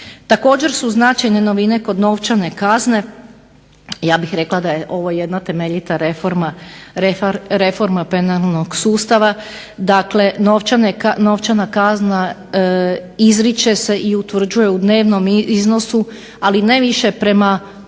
Također su značajne novine kod novčane kazne, ja bih rekla da je ovo temeljita reforma penalnog sustava, dakle novčana kazna izriče se i utvrđuje u dnevnom iznosu ali ne više prema